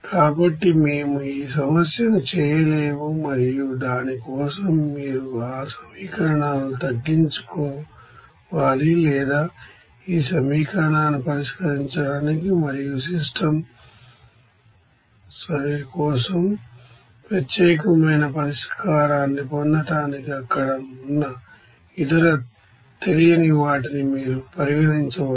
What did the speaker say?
కాబట్టి మేము ఈ సమస్యను చేయలేము మరియు దాని కోసం మీరు ఆ సమీకరణాలను తగ్గించుకోవాలి లేదా ఈ సమీకరణాన్ని పరిష్కరించడానికి మరియు సిస్టమ్ సరే కోసం ప్రత్యేకమైన పరిష్కారాన్ని పొందటానికి అక్కడ ఉన్న ఇతర తెలియనివాటిని మీరు పరిగణించవచ్చు